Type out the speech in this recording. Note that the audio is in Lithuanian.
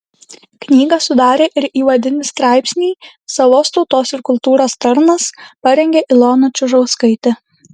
knygą sudarė ir įvadinį straipsnį savos tautos ir kultūros tarnas parengė ilona čiužauskaitė